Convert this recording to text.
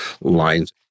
lines